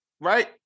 right